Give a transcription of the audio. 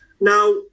now